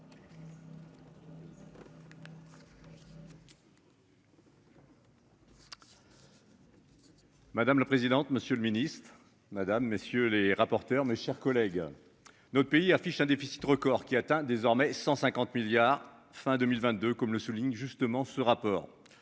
Madame la présidente. Monsieur le Ministre, madame, monsieur les rapporteurs, mes chers collègues. Notre pays affiche un déficit record qui atteint désormais 150 milliards fin 2022, comme le souligne justement ce rapport